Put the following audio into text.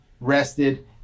rested